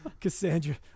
Cassandra